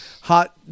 hot